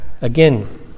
again